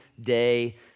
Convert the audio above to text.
day